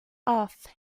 off